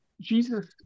Jesus